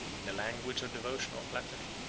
in the language of devotion or flattery,